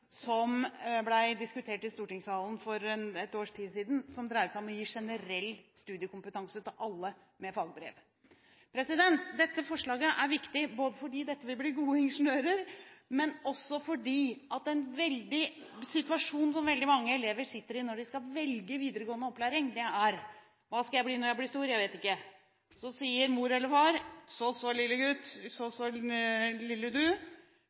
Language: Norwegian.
som ble diskutert i stortingssalen for ett års tid siden, som dreide seg om å gi generell studiekompetanse til alle med fagbrev. Dette forslaget er viktig fordi det vil føre til gode ingeniører, men også fordi situasjonen som veldig mange elever er i når de skal velge videregående opplæring, er: Hva skal jeg bli når jeg bli stor? – Jeg vet ikke. Så sier mor eller far: Så, så lillegutt – lille du